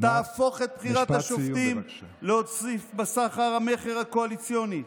ותהפוך את בחירות השופטים להוסיף בסחר-מכר הקואליציוני,